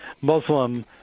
Muslim